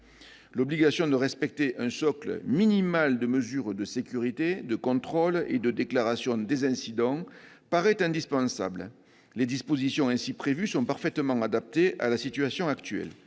L'obligation de respecter un socle minimal de mesures de sécurité, de contrôle et de déclaration des incidents paraît indispensable. Les dispositions prévues dans ce texte sont parfaitement adaptées à la situation actuelle.